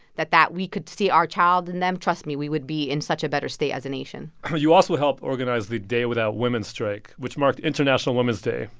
that that we could see our child in them? trust me. we would be in such a better state as a nation you also helped organize the day without women strike, which marked international women's day.